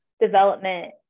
development